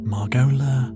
Margola